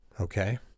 okay